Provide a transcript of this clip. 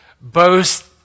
boast